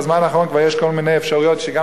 בזמן האחרון כבר יש כל מיני אפשרויות שגם